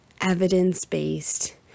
evidence-based